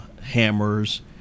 hammers